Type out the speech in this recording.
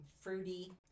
fruity